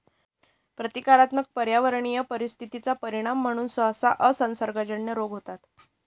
प्रतीकात्मक पर्यावरणीय परिस्थिती चा परिणाम म्हणून सहसा असंसर्गजन्य रोग होतात